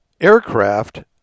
aircraft